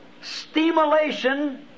stimulation